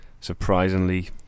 surprisingly